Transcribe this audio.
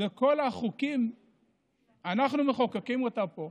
את כל החוקים אנחנו מחוקקים פה,